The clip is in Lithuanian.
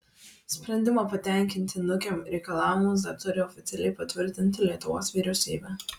sprendimą patenkinti nukem reikalavimus dar turi oficialiai patvirtinti lietuvos vyriausybė